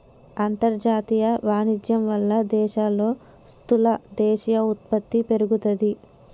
అంతర్జాతీయ వాణిజ్యం వాళ్ళ దేశాల్లో స్థూల దేశీయ ఉత్పత్తి పెరుగుతాది